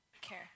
care